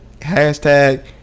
hashtag